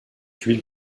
huile